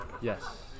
Yes